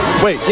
Wait